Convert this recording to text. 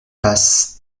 passe